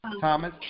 Thomas